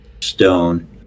stone